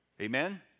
Amen